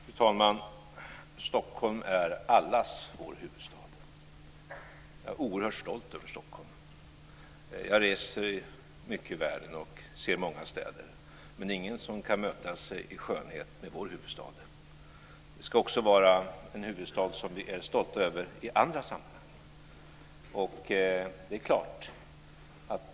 Fru talman! Stockholm är allas vår huvudstad. Jag är oerhört stolt över Stockholm. Jag reser mycket i världen och ser många städer men ingen som kan mäta sig i skönhet med vår huvudstad. Det ska också vara en huvudstad som vi är stolta över i andra sammanhang.